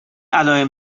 علائم